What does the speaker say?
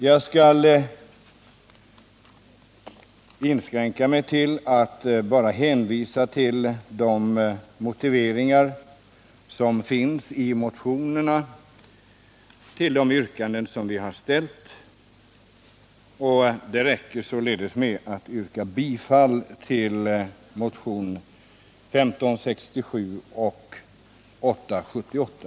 Jag skall inskränka mig till att hänvisa till de motiveringar som finns i motionerna för de yrkanden som vi har ställt och nöjer mig i övrigt med att yrka bifall till motionerna 1567 och 878.